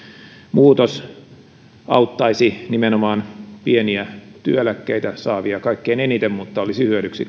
muutos auttaisi nimenomaan pieniä työeläkkeitä saavia kaikkein eniten mutta olisi hyödyksi